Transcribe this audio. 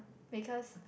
because